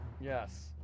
Yes